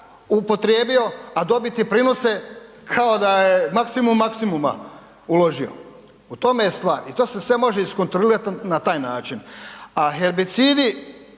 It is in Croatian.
upotrijebio, a dobiti prinose kao da je maksimum maksimuma uložio. U tom je stvar. I to se sve može iskontrolirati na taj način. A herbicidi